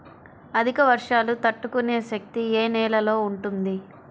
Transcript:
అధిక వర్షాలు తట్టుకునే శక్తి ఏ నేలలో ఉంటుంది?